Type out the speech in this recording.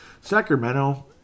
Sacramento